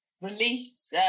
release